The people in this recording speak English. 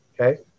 Okay